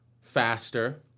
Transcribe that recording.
faster